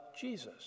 Jesus